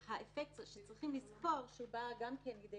האפקט שצריכים לזכור שבא גם כן לידי